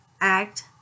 act